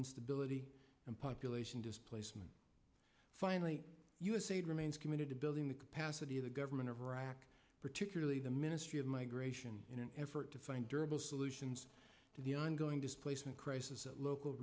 instability and population displacement finally usaid remains committed to building the capacity of the government of iraq particularly the ministry of migration in an effort to find durable solutions to the ongoing displacement crisis at local